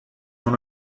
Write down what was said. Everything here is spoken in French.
dans